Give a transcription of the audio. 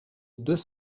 deux